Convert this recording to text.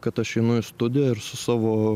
kad aš einu į studiją ir su savo